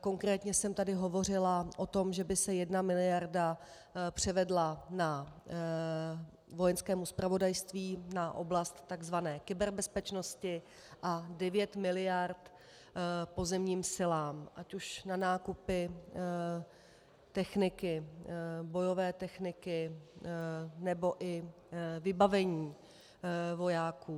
Konkrétně jsem tady hovořila o tom, že by se 1 miliarda převedla Vojenskému zpravodajství na oblast tzv. kyberbezpečnosti a 9 miliard pozemním silám, ať už na nákupy bojové techniky, nebo i vybavení vojáků.